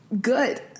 good